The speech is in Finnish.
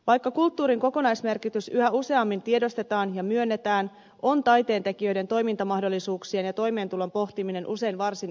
vaikka kulttuurin kokonaismerkitys yhä useammin tiedostetaan ja myönnetään on taiteentekijöiden toimintamahdollisuuksien ja toimeentulon pohtiminen usein varsin yksiulotteista